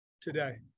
today